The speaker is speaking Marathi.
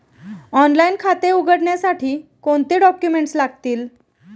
ऑनलाइन खाते उघडण्यासाठी कोणते डॉक्युमेंट्स लागतील?